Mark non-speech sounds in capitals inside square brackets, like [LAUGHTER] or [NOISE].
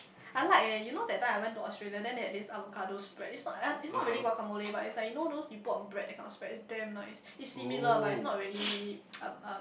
I like eh you know that time I went to Australia then they had this avocado spread it's not it's not really guacamole but it's like you know those you put on bread that kind of spread it's damn nice it's similar but it's not really [NOISE] uh uh